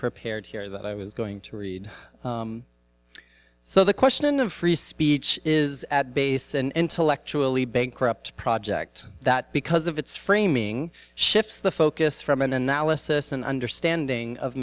prepared here that i was going to read so the question of free speech is at base and intellectually bankrupt project that because of its framing shifts the focus from an analysis and understanding of